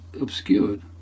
obscured